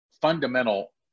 fundamental